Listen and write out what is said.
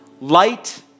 light